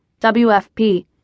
WFP